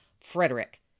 Frederick